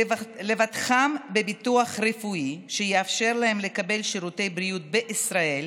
לבטחם בביטוח רפואי שיאפשר להם לקבל שירותי בריאות בישראל,